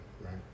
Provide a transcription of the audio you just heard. right